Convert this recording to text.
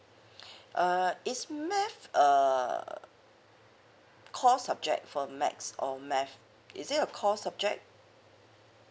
uh it's math err core subject for math or math is it a core subject